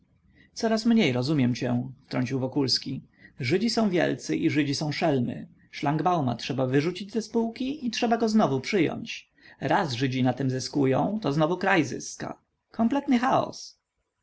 coraz mniej rozumiem cię wtrącił wokulski żydzi są wielcy i żydzi są szelmy szlangbauma trzeba wyrzucić ze spółki i trzeba go znowu przyjąć raz żydzi na tem zyskują to znowu kraj zyska kompletny chaos